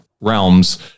realms